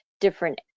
different